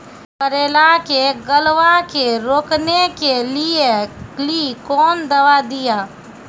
करेला के गलवा के रोकने के लिए ली कौन दवा दिया?